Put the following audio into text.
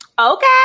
Okay